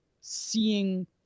seeing